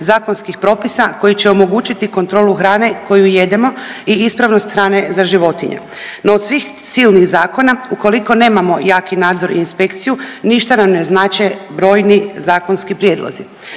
zakonskih propisa koji će omogućiti kontrolu hrane koju jedemo i ispravnost hrane za životinje. No od svih silnih zakona ukoliko nemamo jaki nadzor i inspekciju ništa nam ne znače brojni zakonski prijedlozi.